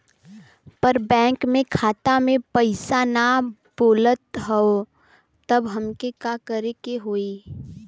पर बैंक मे खाता मे पयीसा ना बा बोलत हउँव तब हमके का करे के होहीं?